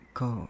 go